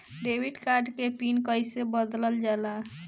Debit card के PIN कईसे बदलल जाला?